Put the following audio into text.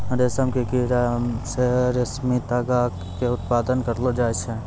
रेशम के कीड़ा से रेशमी तागा के उत्पादन करलो जाय छै